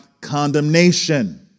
condemnation